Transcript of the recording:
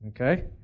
Okay